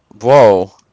Whoa